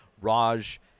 Raj